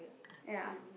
ya